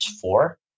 four